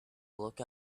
look